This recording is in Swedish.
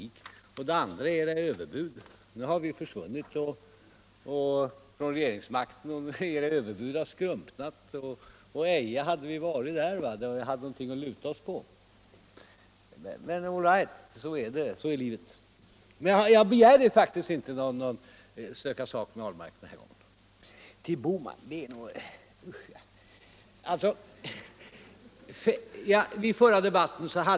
Den andra är era Allmänpolitisk debatt Allmänpolitisk debatt överbud. Nu har vi försvunnit från regeringsmakten, och era överbud har skrumpnat — eja. vore vi I den situationen att vi hade något att luta oss mot. Men sådant är livet. Jag tänkte faktiskt inte söka sak med herr Ahlmark denna gäng. Så tuill herr Bohman — usch ja.